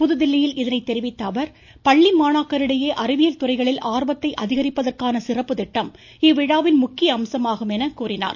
புதுதில்லியில் இதனை தெரிவித்த அவர் பள்ளி மாணாக்கரிடையே அறிவியல் துறைகளில் ஆர்வத்தை அதிகரிப்பதற்கான சிறப்பு திட்டம் இவ்விழாவின் முக்கிய அம்சமாகும் எனக் கூறினார்